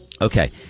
Okay